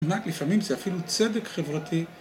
רק לפעמים זה אפילו צדק חברתי.